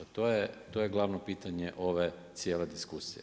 To je glavno pitanje ove cijele diskusije.